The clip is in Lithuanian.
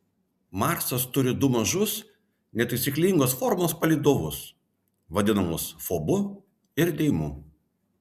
marsas turi du mažus netaisyklingos formos palydovus vadinamus fobu ir deimu